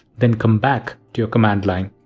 then come back your command-line.